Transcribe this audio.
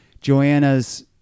Joanna's